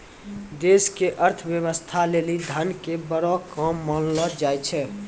देश के अर्थव्यवस्था लेली धन के बड़ो काम मानलो जाय छै